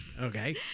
okay